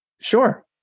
Sure